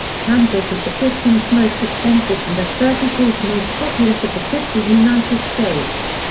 kansas is the fifteenth most extensive and the thirty fourth most populous of the fifty united states.